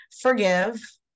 forgive